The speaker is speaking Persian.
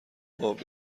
خوب